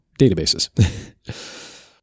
databases